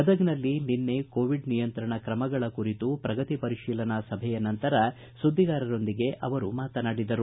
ಗದಗನಲ್ಲಿ ನಿನ್ನೆ ಕೋವಿಡ್ ನಿಯಂತ್ರಣ ಕ್ರಮಗಳ ಕುರಿತು ಪ್ರಗತಿ ಪರಿಶೀಲನಾ ಸಭೆಯ ನಂತರ ಸುದ್ದಿಗಾರರೊಂದಿಗೆ ಅವರು ಮಾತನಾಡಿದರು